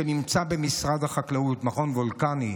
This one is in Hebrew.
שנמצא במשרד החקלאות, מכון וולקני,